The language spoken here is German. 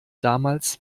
damals